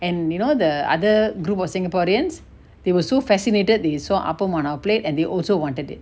and you know the other group of singaporeans they were so fascinated they saw appam on our plate and they also wanted it